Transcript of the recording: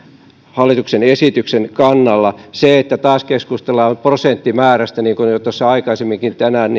hallituksen esityksen kannalla taas keskustellaan prosenttimäärästä niin kuin jo tuossa aikaisemminkin tänään